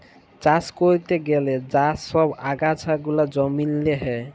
চাষ ক্যরতে গ্যালে যা ছব আগাছা গুলা জমিল্লে হ্যয়